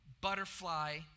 butterfly